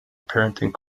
parenting